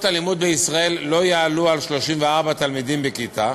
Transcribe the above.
הלימוד בישראל לא יהיו מעל 34 תלמידים בכיתה,